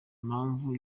mpamvu